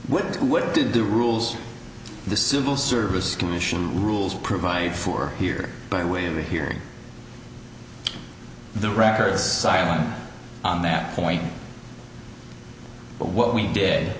with what did the rules of the civil service commission rules provide for here by way of a hearing the records silent on that point but what we did